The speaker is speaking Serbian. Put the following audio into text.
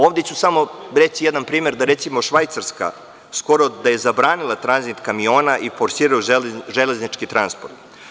Ovde ću samo reći jedan primer, da, recimo, Švajcarska skoro da je zabranila tranzit kamiona i forsirala železnički transport.